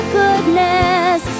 goodness